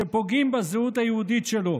שפוגעים בזהות היהודית שלו.